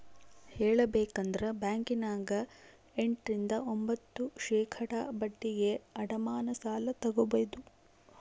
ಹೇಳಬೇಕಂದ್ರ ಬ್ಯಾಂಕಿನ್ಯಗ ಎಂಟ ರಿಂದ ಒಂಭತ್ತು ಶೇಖಡಾ ಬಡ್ಡಿಗೆ ಅಡಮಾನ ಸಾಲ ತಗಬೊದು